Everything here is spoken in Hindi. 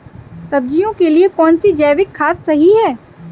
सब्जियों के लिए कौन सी जैविक खाद सही होती है?